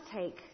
take